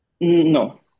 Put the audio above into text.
No